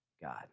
God